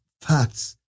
facts